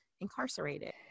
incarcerated